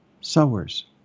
sowers